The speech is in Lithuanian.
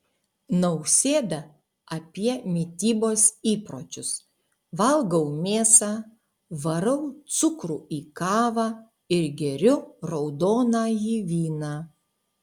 nausėda apie mitybos įpročius valgau mėsą varau cukrų į kavą ir geriu raudonąjį vyną